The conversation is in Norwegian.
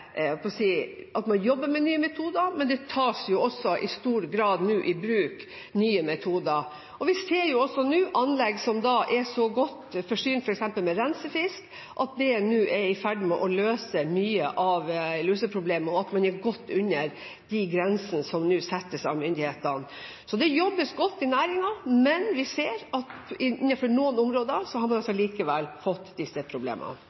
tas nå i stor grad i bruk nye metoder. Vi ser også anlegg som er så godt forsynt med f.eks. rensefisk at det er i ferd med å løse mye av luseproblemet, og man er godt under de grensene som settes av myndighetene. Det jobbes godt i næringen, men vi ser at i noen geografiske områder har man likevel fått disse problemene.